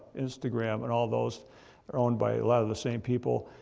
instagram, and all those are owned by a lot of the same people.